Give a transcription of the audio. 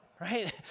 right